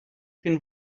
been